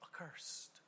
Accursed